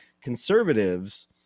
conservatives